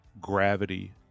gravity